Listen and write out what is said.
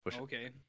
Okay